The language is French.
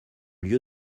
lieu